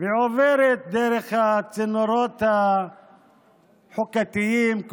ושעוברת דרך הצינורות החוקתיים,